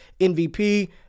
MVP